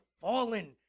fallen